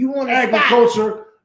agriculture